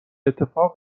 اتفاق